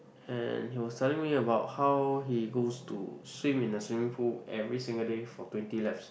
and he was telling me about how he goes to swim in the swimming pool every single day for twenty laps